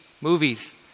movies